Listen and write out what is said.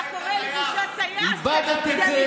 אתה חוצפן,